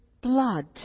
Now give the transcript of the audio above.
blood